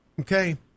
Okay